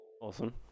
Awesome